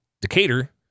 Decatur